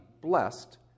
blessed